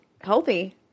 healthy